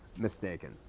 mistaken